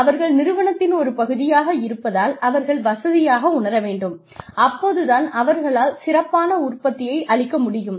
அவர்கள் நிறுவனத்தின் ஒரு பகுதியாக இருப்பதால் அவர்கள் வசதியாக உணர வேண்டும் அப்போது தான் அவர்களால் சிறப்பான உற்பத்தியை அளிக்கமுடியும்